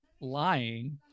lying